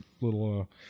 little